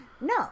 No